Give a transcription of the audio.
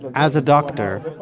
as a doctor,